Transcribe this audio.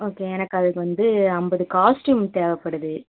okay எனக்கு அதற்கு வந்து ஐம்பது காஸ்ட்யூம் தேவைப்படுது